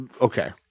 okay